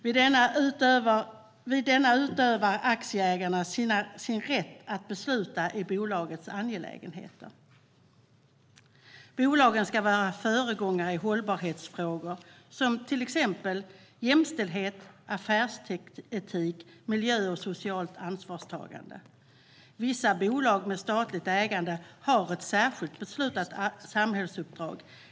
Vid denna utövar aktieägarna sin rätt att besluta i bolagets angelägenheter. Bolagen ska vara föregångare i hållbarhetsfrågor - det handlar till exempel om jämställdhet, affärsetik, miljö och socialt ansvarstagande. Vissa bolag med statligt ägande har ett särskilt beslutat samhällsuppdrag.